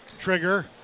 trigger